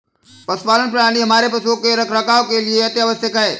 पशुपालन प्रणाली हमारे पशुओं के रखरखाव के लिए अति आवश्यक है